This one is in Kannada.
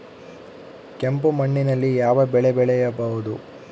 ಕೆಂಪು ಮಣ್ಣಿನಲ್ಲಿ ಯಾವ ಬೆಳೆ ಬೆಳೆಯಬಹುದು?